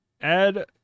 Add